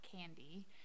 candy